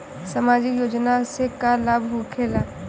समाजिक योजना से का लाभ होखेला?